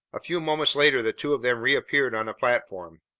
a few moments later, the two of them reappeared on the platform.